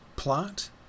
plot